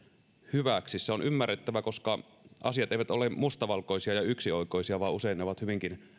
hyväksi se on ymmärrettävää koska asiat eivät ole mustavalkoisia ja yksioikoisia vaan usein ne ovat hyvinkin